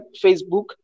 Facebook